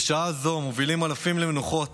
בשעה זו מובילים אלפים למנוחות